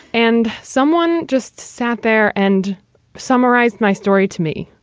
and someone just sat there and summarized my story to me.